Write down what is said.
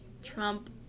trump